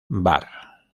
var